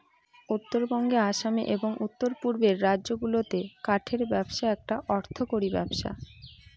উত্তরবঙ্গে আসামে এবং উত্তর পূর্বের রাজ্যগুলাতে কাঠের ব্যবসা একটা অর্থকরী ব্যবসা